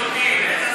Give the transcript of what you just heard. הסכמה עיוורת לחלוטין.